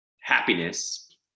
happiness